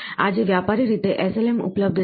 આજે વ્યાપારી રીતે SLM ઉપલબ્ધ છે